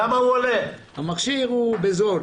המכשיר הוא זול.